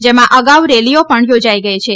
જેમાં અગાઉ રેલીઓ પણ યોજાઇ ગઇ છે